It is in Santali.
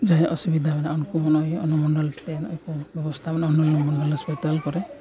ᱡᱟᱦᱟᱸᱭᱟᱜ ᱚᱥᱩᱵᱤᱫᱟ ᱢᱮᱱᱟᱜᱼᱟ ᱩᱱᱠᱩ ᱦᱚᱸ ᱱᱚᱜᱼᱚᱸᱭ ᱚᱱᱩᱢᱚᱱᱰᱚᱞ ᱴᱷᱮᱱ ᱱᱚᱜᱼᱚᱸᱭ ᱠᱚ ᱵᱮᱵᱚᱥᱛᱷᱟ ᱢᱮᱱᱟᱜᱼᱟ ᱦᱟᱥᱯᱟᱛᱟᱞ ᱠᱚᱨᱮ